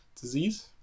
disease